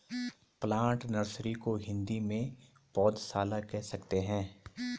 plant nursery को हिंदी में पौधशाला कह सकते हैं